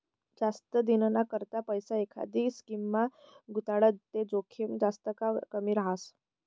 जास्त दिनना करता पैसा एखांदी स्कीममा गुताडात ते जोखीम जास्त का कमी रहास